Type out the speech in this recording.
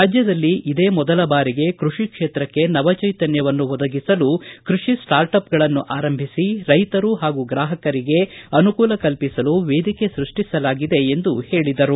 ರಾಜ್ಯದಲ್ಲಿ ಇದೇ ಮೊದಲ ಬಾರಿಗೆ ಕೃಷಿ ಕ್ಷೇತ್ರಕ್ಷೆ ನವಚೈತನ್ಹವನ್ನು ಒದಗಿಸಲು ಕೃಷಿ ಸ್ಲಾರ್ಟಪ್ ಗಳನ್ನು ಆರಂಭಿಸಿ ರೈತರು ಹಾಗೂ ಗ್ರಾಪಕರಿಗೆ ಅನುಕೂಲ ಕಲ್ಪಿಸಲು ವೇದಿಕೆ ಸೃಷ್ಷಿಸಲಾಗಿದೆ ಎಂದರು